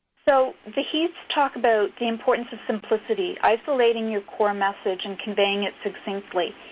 so the heaths talk about the importance of simplicity, isolating your core message and conveying it succinctly.